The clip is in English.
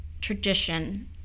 tradition